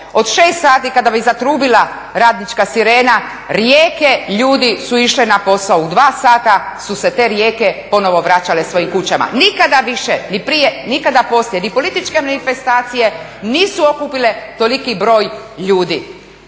Od 6 sati kada bi zatrubila radnička sirena rijeke ljudi su išle na posao. U 2 sata su se te rijeke ponovno vraćale svojim kućama. Nikada više, ni prije, nikada poslije ni političke manifestacije nisu okupile toliki broj ljudi.